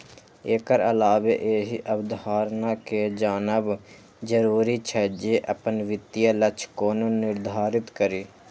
एकर अलावे एहि अवधारणा कें जानब जरूरी छै, जे अपन वित्तीय लक्ष्य कोना निर्धारित करी